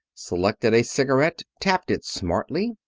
selected a cigarette, tapped it smartly,